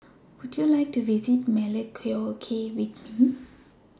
Would YOU like to visit Melekeok with Me